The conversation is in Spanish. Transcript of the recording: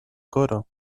coro